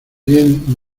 bien